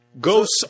Ghosts